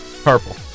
purple